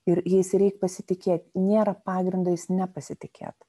ir jais reik pasitikėt nėra pagrindo nepasitikėt